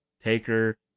Taker